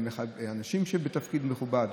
אנשים בתפקיד מכובד,